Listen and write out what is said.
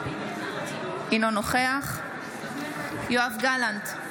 אינו נוכח יואב גלנט,